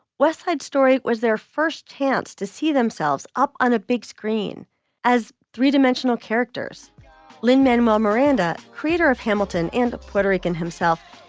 westside story was their first chance to see themselves up on a big screen as three dimensional characters lin-manuel miranda, creator of hamilton and a puerto rican himself,